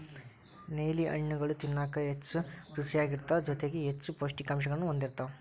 ನೇಲಿ ಹಣ್ಣುಗಳು ತಿನ್ನಾಕ ಹೆಚ್ಚು ರುಚಿಯಾಗಿರ್ತಾವ ಜೊತೆಗಿ ಹೆಚ್ಚು ಪೌಷ್ಠಿಕಾಂಶಗಳನ್ನೂ ಹೊಂದಿರ್ತಾವ